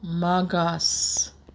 मागास